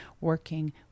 working